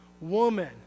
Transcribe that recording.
Woman